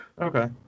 Okay